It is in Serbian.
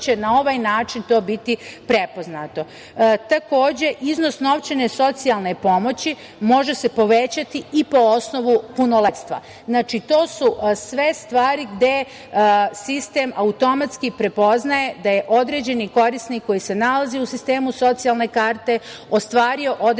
na ovaj način to biti prepoznato. Takođe, iznos novčane socijalne pomoći može se povećati i po osnovu punoletstva. To su sve stvari gde sistem automatski prepoznaje da je određeni korisnik koji se nalazi u sistemu socijalne karte ostvario određena